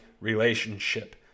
relationship